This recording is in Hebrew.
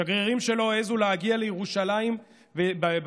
שגרירים שלא העזו להגיע לירושלים בתפקידם